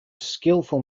skillful